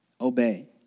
Obey